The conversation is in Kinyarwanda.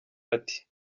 ati